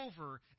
over